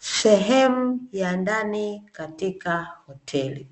Sehemu ya ndani katika hoteli